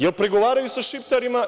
Jer pregovaraju sa Šiptarima?